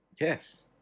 Yes